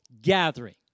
gathering